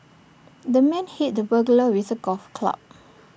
the man hit the burglar with A golf club